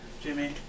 Jimmy